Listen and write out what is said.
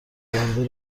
آینده